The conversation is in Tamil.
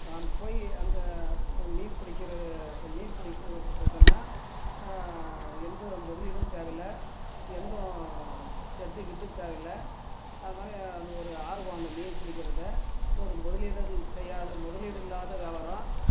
நாங்கள் போய் அந்த இப்போ மீன் பிடிக்கிறது அந்த மீன் பிடிப்பு இப்போ பார்த்தோம்னா எந்த முதலீடும் தேவையில்ல எந்த ஷெட்டு கிட்டு தேவையில்ல அது மாதிரி அது ஒரு ஆர்வம் அந்த மீன் பிடிக்கறத ஒரு முதலீடும் செய்யாத முதலீடு இல்லாத வியாபாரம்